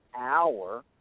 hour